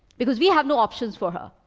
because we have no options for her.